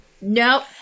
Nope